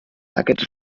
aquests